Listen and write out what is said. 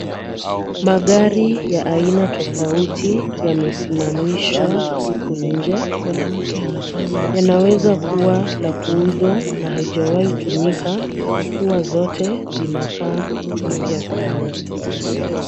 Magari ya aina tofauti yamesimamishwa huku nje. Yanaweza kuwa ya kuuzwa na haijawahi kutumika kwa kuwa zote zinakaa mpya sana.